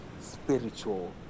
spiritual